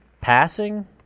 passing